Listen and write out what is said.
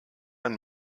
ein